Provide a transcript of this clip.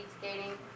skating